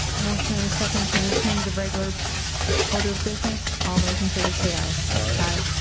motion and a second to return to the regular order of business. all those in favor say aye. aye.